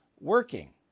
working